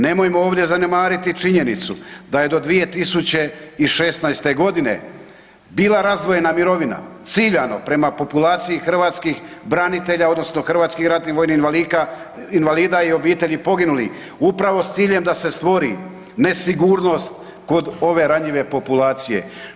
Nemojmo ovdje zanemariti činjenicu da je do 2016. godine bila razdvojena mirovina ciljano prema populaciji hrvatskih branitelja, odnosno hrvatskih ratnih vojnih invalida i obitelji poginulih upravo sa ciljem da se stvori nesigurnost kod ove ranjive populacije.